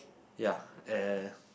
ya uh